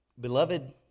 beloved